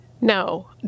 No